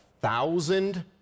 thousand